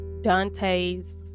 Dante's